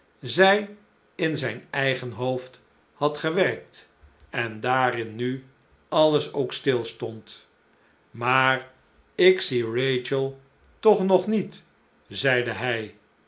zij in zijn eigen hoofd had gewerkt en daarin nu alles ook stilstond maar ik zie eachel toch nog niet zeide hij